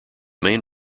main